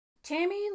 Tammy